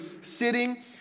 sitting